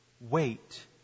Wait